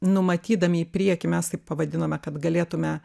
numatydami į priekį mes taip pavadinome kad galėtume